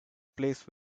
place